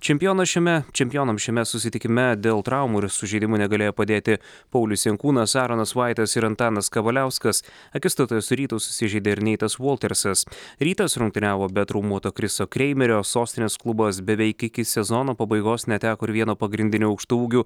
čempiono šiame čempionams šiame susitikime dėl traumų ir sužeidimų negalėjo padėti paulius jankūnas aaronas vaitas ir antanas kavaliauskas akistatoje su rytu susižeidė ir neitas voltersas rytas rungtyniavo be traumuoto chriso kreimerio sostinės klubas beveik iki sezono pabaigos neteko ir vieno pagrindinių aukštaūgių